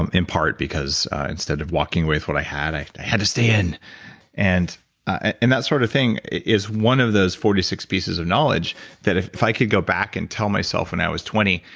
um in part because instead of walking with what i had, i i had to stay in and and that sort of thing is one of those forty six pieces of knowledge that if i could go back and tell myself when i was twenty,